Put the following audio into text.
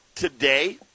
today